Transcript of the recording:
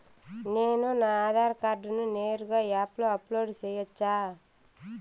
నేను నా ఆధార్ కార్డును నేరుగా యాప్ లో అప్లోడ్ సేయొచ్చా?